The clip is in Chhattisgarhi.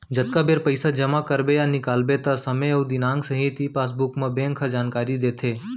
जतका बेर पइसा जमा करबे या निकालबे त समे अउ दिनांक सहित ई पासबुक म बेंक ह जानकारी देथे